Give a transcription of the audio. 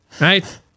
right